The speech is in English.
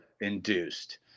induced